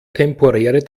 temporäre